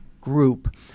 group